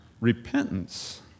Repentance